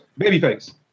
babyface